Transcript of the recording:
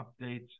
updates